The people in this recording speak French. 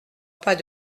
pas